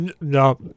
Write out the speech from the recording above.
no